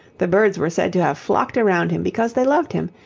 the birds were said to have flocked around him because they loved him,